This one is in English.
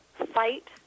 fight